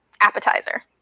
appetizer